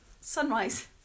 sunrise